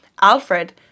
Alfred